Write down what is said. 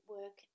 Work